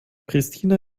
pristina